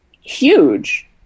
huge